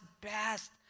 best